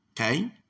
Okay